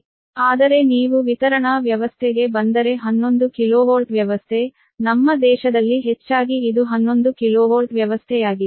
ಆದರೆ ನೀವು ವಿತರಣಾ ವ್ಯವಸ್ಥೆಗೆ ಬಂದರೆ 11 KV ವ್ಯವಸ್ಥೆ ನಮ್ಮ ದೇಶದಲ್ಲಿ ಹೆಚ್ಚಾಗಿ ಇದು 11 KV ವ್ಯವಸ್ಥೆಯಾಗಿದೆ